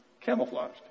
camouflaged